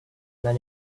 menu